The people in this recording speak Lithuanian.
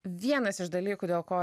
vienas iš dalykų dėl ko